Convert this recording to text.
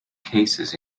cases